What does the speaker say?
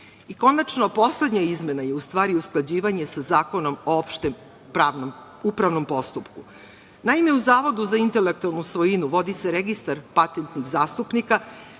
poslednja izmena je u stvari usklađivanje sa Zakonom o opštem upravnom postupku. Naime, u Zavodu za intelektualnu svojinu vodi se registar patentnih zastupnika,